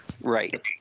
Right